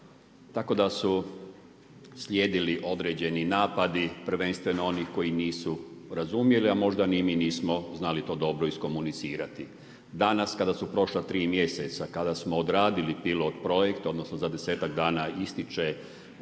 Tako da su slijedili određeni napadi prvenstveno onih koji nisu razumjeli, a možda ni mi nismo znali to dobro iskomunicirati. Danas kada su prošla tri mjeseca, kada smo odradili pilot projekt, odnosno za desetak dana ističe u